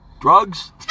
drugs